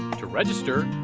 to register,